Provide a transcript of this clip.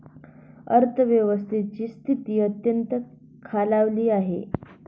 अर्थव्यवस्थेची स्थिती अत्यंत खालावली आहे